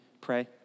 pray